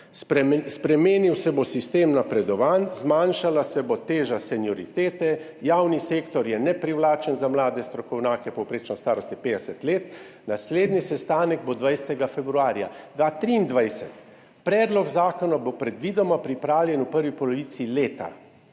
spremenil se bo sistem napredovanj, zmanjšala se bo teža senioritete, javni sektor je neprivlačen za mlade strokovnjake, povprečna starost je 50 let, naslednji sestanek bo 20. februarja 2023, predlog zakona bo predvidoma pripravljen v prvi polovici leta